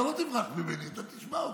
אתה לא תברח ממני, אתה תשמע אותי.